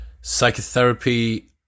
psychotherapy